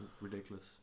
Ridiculous